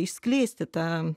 išskleisti tą